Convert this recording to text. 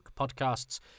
Podcasts